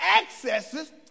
accesses